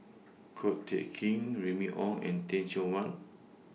Ko Teck Kin Remy Ong and Teh Cheang Wan